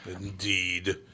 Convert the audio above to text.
Indeed